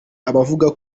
abavuga